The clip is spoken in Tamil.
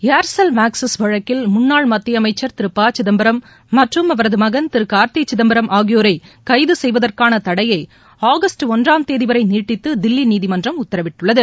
ள்செல் மாக்ஸிஸ் வழக்கில் முன்னாள் மத்திய அமைச்சர் திரு ப சிதம்பரம் மற்றும் அவரது மகன் திரு கார்த்தி சிதம்பரம் ஆகியோரை கைது செய்வதற்கான தடையை ஆகஸ்ட் ஒன்றாம் தேதி வரை நீட்டித்து தில்லி நீதிமன்றம் உத்தரவிட்டுள்ளது